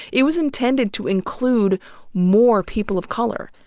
it was intended to include more people of color.